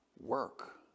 work